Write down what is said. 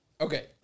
Okay